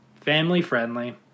family-friendly